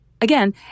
again